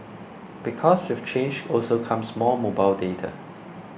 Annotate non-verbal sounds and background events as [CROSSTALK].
because [UNINTELLIGIBLE] change also comes more mobile data